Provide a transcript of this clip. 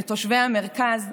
לתושבי המרכז,